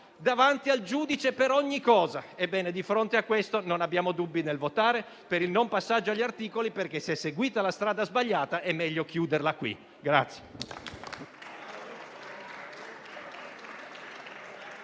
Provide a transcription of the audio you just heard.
davanti al giudice per ogni cosa. Ebbene, di fronte a questo non abbiamo dubbi nel votare a favore del non passaggio all'esame degli articoli perché si è seguita la strada sbagliata ed è meglio chiuderla qui.